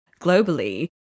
globally